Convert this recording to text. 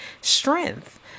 strength